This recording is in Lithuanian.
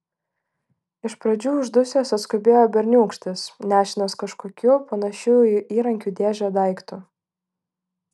iš pradžių uždusęs atskubėjo berniūkštis nešinas kažkokiu panašiu į įrankių dėžę daiktu